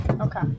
Okay